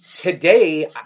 Today